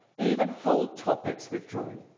even whole topics with drawing.